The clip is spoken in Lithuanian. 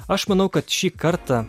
aš manau kad šį kartą